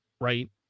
right